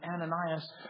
Ananias